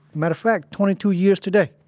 matter of fact, twenty two years today.